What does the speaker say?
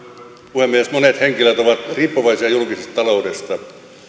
puhemies monet henkilöt ovat riippuvaisia julkisesta taloudesta